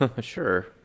Sure